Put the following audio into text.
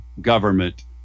government